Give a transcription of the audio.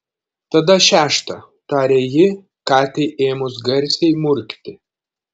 tada šeštą tarė ji katei ėmus garsiai murkti